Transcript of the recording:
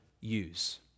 use